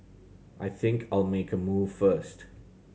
I think I'll make a move first